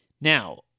Now